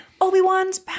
Obi-Wan's